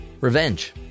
revenge